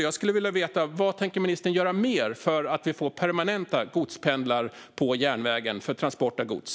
Jag vill därför veta vad ministern mer tänker göra för att vi ska få permanenta godspendlar på järnvägen för transport av gods.